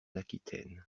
aquitaine